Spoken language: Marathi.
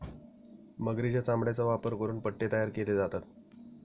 मगरीच्या चामड्याचा वापर करून पट्टे तयार केले जातात